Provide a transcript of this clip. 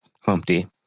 Humpty